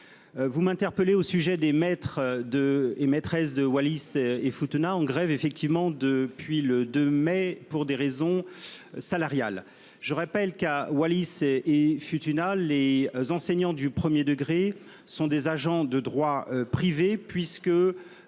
vous m'interpellez au sujet des maîtres et maîtresses de Wallis-et-Futuna, qui sont en grève depuis le 2 mai pour des raisons salariales. Je rappelle qu'à Wallis-et-Futuna les enseignants du premier degré sont des agents de droit privé,